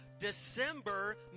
December